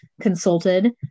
consulted